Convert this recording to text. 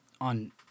on